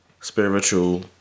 spiritual